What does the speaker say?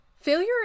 Failure